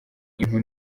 impu